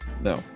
No